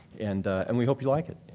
and and we hope you like it.